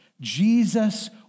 Jesus